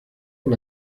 por